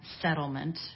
settlement